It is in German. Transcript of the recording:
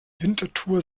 winterthur